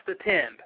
attend